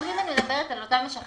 משפרים את מדברת על אותם משחלפים